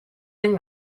den